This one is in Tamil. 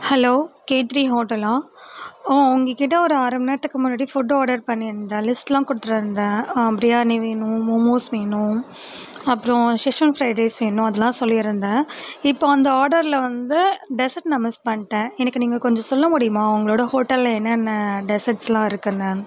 ஹலோ கே த்ரீ ஹோட்டலா உங்ககிட்ட ஒரு அரமணிநேரத்துக்கு முன்னாடி ஃபுட்டு ஆர்டர் பண்ணியிருந்தேன் லிஸ்ட்லாம் கொடுத்துட்டு வந்தேன் பிரியாணி வேணும் மோமோஸ் வேணும் அப்புறோம் செஷ்வான் ஃப்ரைட் ரைஸ் வேணும் அதெலாம் சொல்லியிருந்தேன் இப்போது அந்த ஆர்டர்ல வந்து டெஸர்ட் நான் மிஸ் பண்ணிட்டேன் எனக்கு நீங்கள் கொஞ்சம் சொல்ல முடியுமா உங்களோட ஹோட்டல் என்னென்ன டெஸர்ட்ஸ்லாம் இருக்குதுன்னு